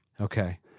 Okay